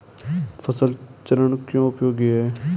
फसल चरण क्यों उपयोगी है?